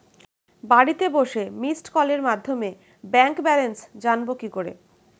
বাড়িতে বসে মিসড্ কলের মাধ্যমে ব্যাংক ব্যালেন্স জানবো কি করে?